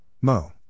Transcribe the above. Mo